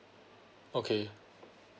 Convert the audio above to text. okay